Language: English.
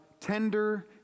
tender